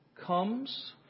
comes